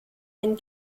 ein